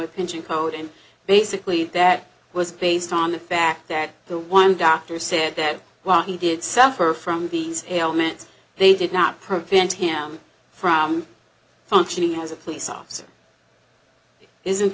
pinching code and basically that was based on the fact that the one doctor said that while he did suffer from these ailments they did not prevent him from functioning as a police officer isn't